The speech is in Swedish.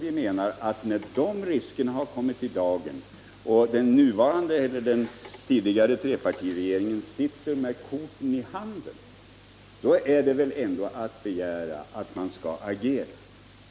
Vi menar att när de riskerna har kommit i dagen och den nuvarande regeringen, liksom den tidigare trepartiregeringen, sitter med korten i handen är det rimligt att begära att den skall agera.